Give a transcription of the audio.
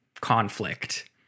conflict